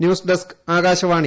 news desk Akashvani